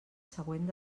següent